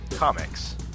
Comics